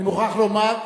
אני מוכרח לומר,